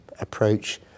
approach